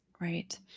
Right